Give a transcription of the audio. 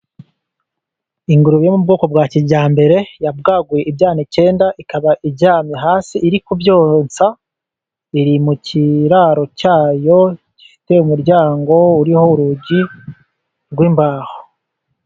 Ingurube yo mu bwoko bwa kijyambere yabwaguye ibyana icyenda. Ikaba iryamye hasi iri kubyonsa, iri mu kiraro cyayo gifite umuryango uriho urugi rw'imbaho.